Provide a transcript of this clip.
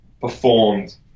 performed